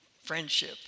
friendship